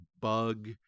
Bug